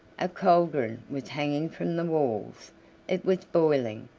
a cauldron was hanging from the walls it was boiling,